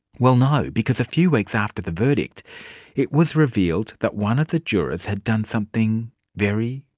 well no, because a few weeks after the verdict it was revealed that one of the jurors had done something very,